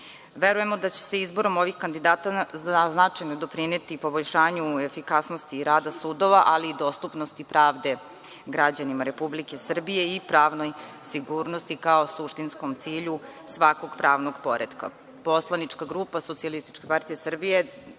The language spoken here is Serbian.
da će se izborom ovih kandidata značajno doprineti poboljšanju efikasnosti rada sudova, ali i dostupnosti pravde građanima Republike Srbije i pravnoj sigurnosti kao suštinskom cilju svakog pravnog poretka. Poslanička grupa SPS pruža